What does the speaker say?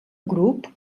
grup